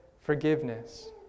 forgiveness